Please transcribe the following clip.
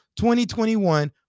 2021